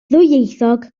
ddwyieithog